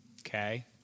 Okay